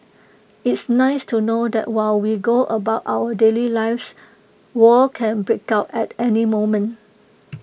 it's nice to know that while we go about our daily lives war can break out at any moment